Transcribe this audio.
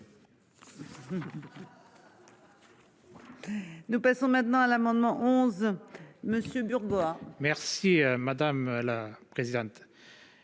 Nous passons maintenant à l'amendement 11 monsieur Burgot. Merci madame la présidente.